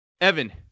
evan